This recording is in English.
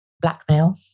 Blackmail